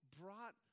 brought